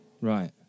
Right